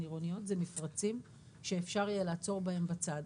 עירוניות זה מפרצים שאפשר יהיה לעצור בהם בצד.